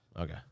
Okay